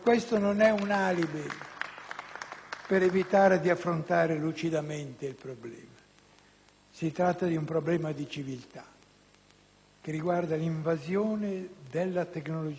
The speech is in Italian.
per evitare di affrontare lucidamente il problema. Si tratta di un problema di civiltà, che riguarda l'invasione della tecnologia medica nella vita umana.